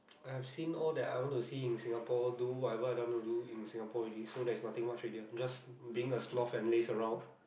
I have seen all that I want to see in Singapore do whatever I want to do in Singapore already so there's nothing much already just being a sloth and laze around